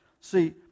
See